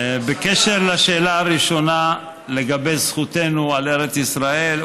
בקשר לשאלה הראשונה לגבי זכותנו על ארץ ישראל.